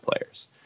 players